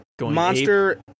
monster